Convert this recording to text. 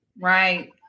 Right